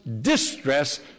distress